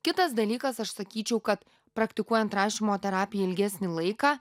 kitas dalykas aš sakyčiau kad praktikuojant rašymo terapiją ilgesnį laiką